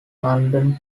london